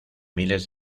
miles